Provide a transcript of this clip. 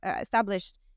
established